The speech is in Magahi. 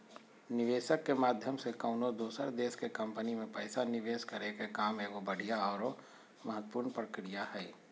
निवेशक के माध्यम से कउनो दोसर देश के कम्पनी मे पैसा निवेश करे के काम एगो बढ़िया आरो महत्वपूर्ण प्रक्रिया हय